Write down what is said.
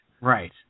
right